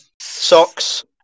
Socks